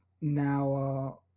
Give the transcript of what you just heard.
now